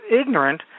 ignorant